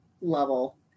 level